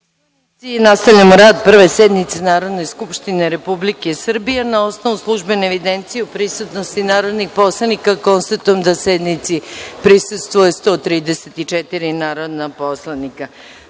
nastavljamo rad Prve sednice Narodne skupštine Republike Srbije. Na osnovu službene evidencije o prisutnosti narodnih poslanika, konstatujem da sednici prisustvuje 134 poslanika. Radi